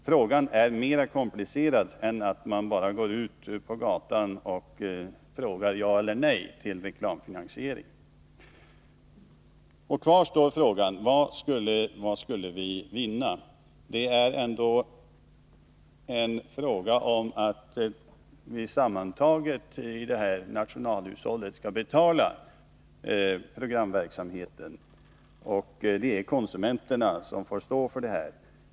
Frågan är komplicerad, man kan inte bara gå ut på gatan och fråga: Ja eller nej till reklamfinansiering? Kvar står frågan vad vi skulle vinna. Vi skall ändå sammantaget i detta nationalhushåll betala programverksamheten. Det är konsumenterna som får stå för den kostnaden.